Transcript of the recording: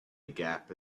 gap